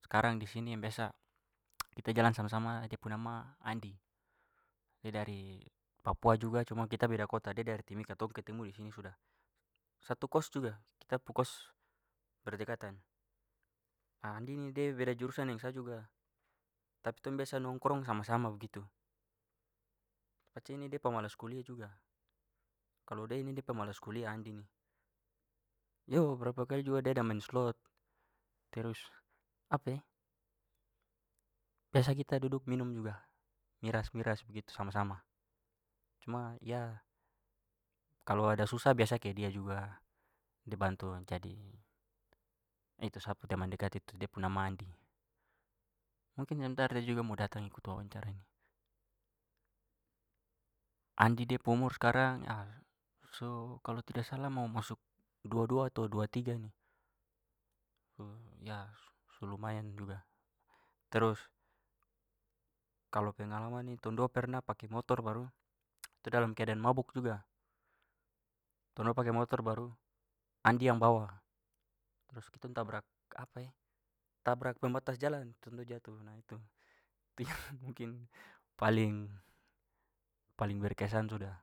sekarang di sini yang biasa kita jalan sama-sama dia pu nama andi. Dia dari papua juga cuma kita beda kota, da dari timika, tong ketemu di sini sudah. Satu kost juga. Kita pu kost berdekatan. A, andi ni de beda jurusan dengan saya juga tapi tong biasa nongkrong sama-sama begitu. Pace ini de pamalas kuliah juga. Kalau da ini da pamalas kuliah andi ni. Yo berapa kali juga da ada main slot. Terus biasa kita duduk minum juga. Miras-miras begitu sama-sama. Cuma kalau ada susah biasa ke dia juga, da bantu itu sa pu teman dekat itu dia pu nama andi. Mungkin sebentar da juga mau datang ikut wawancara ini. Andi dia pu umur sekarang kalau tidak salah mau masuk dua dua atau dua tiga ni. Ya su lumayan juga. Terus kalau pengalaman ni tong dua pernah pake motor baru da dalam keadaan mabuk juga, tong dua pake motor baru andi yang bawa, terus kitong tabrak tabrak pembatas jalan tong dua jatuh. Nah itu mungkin paling- paling berkesan sudah.